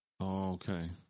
Okay